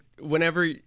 whenever